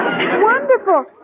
Wonderful